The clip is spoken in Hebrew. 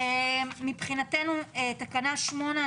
מבחינתנו תקנה 8,